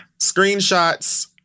screenshots